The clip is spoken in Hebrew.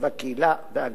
הקהילה והגן.